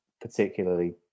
particularly